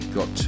got